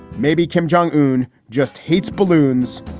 maybe kim jong un just hates balloons.